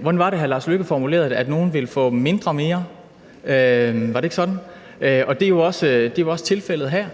Hvordan var det, hr. Lars Løkke formulerede det? At nogle ville få mindre mere – var det ikke sådan? Og det er jo også tilfældet her.